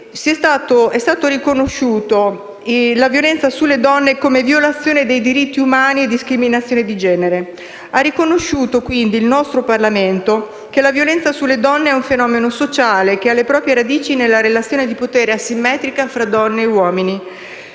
è stato riconosciuta la violenza sulle donne come violazione dei diritti umani e discriminazione di genere. Il nostro Parlamento ha quindi riconosciuto che la violenza sulle donne è un fenomeno sociale, che ha le proprie radici nella relazione di potere asimmetrica fra donne e uomini.